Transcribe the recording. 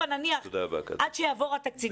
עד שיעבור התקציב,